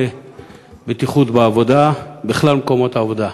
הבטיחות בעבודה בכלל מקומות העבודה.